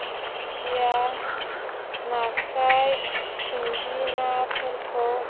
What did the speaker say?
खुसिया नास्राय सिंगि नाफोरखौ